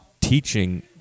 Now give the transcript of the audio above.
teaching